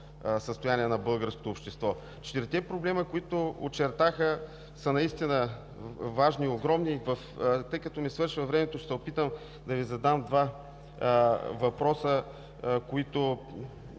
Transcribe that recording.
състояние на българското общество. Четирите проблема, които се очертаха, са наистина важни и огромни. Тъй като ми свършва времето, ще се опитам да Ви задам два допълнителни